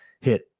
hit